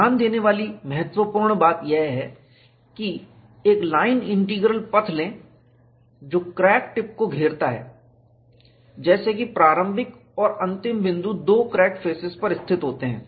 ध्यान देने वाली महत्वपूर्ण बात यह है कि एक लाइन इंटीग्रल पथ लें जो क्रैक टिप को घेरता है जैसे कि प्रारंभिक और अंतिम बिंदु दो क्रैक फेसेस पर स्थित होते हैं